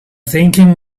thinking